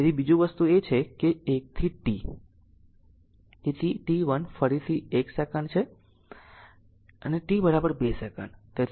તેથી બીજો એ છે કે 1 to t તેથી t 1 ફરીથી એક સેકંડ છે આ એક છે અને t 2 સેકંડ